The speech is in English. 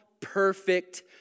perfect